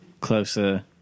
closer